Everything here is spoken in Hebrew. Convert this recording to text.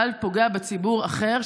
אבל זה פוגע בציבור אחר,